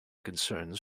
concerns